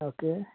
okay